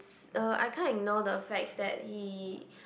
uh I can't ignore the fact that he